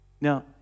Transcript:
Now